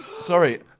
Sorry